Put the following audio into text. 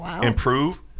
improve